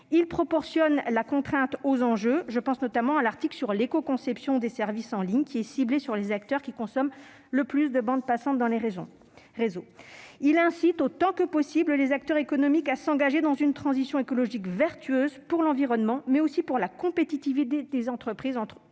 Il proportionne la contrainte aux enjeux- je pense notamment à l'article sur l'écoconception des services en ligne, qui est ciblé sur les acteurs qui consomment le plus de bande passante dans les réseaux. Il incite, autant que possible, les acteurs économiques à s'engager dans une transition écologique vertueuse pour l'environnement, mais aussi pour la compétitivité des entreprises établies